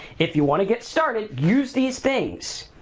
if you wanna get started, use these things.